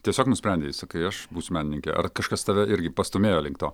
tiesiog nusprendei sakai aš būsiu menininkė ar kažkas tave irgi pastūmėjo link to